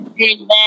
Amen